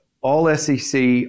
All-SEC